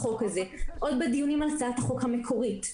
עוד בדיונים על הצעת החוק המקורית,